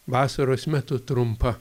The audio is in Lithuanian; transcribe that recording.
vasaros metu trumpa